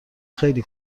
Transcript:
خیلی